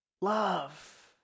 love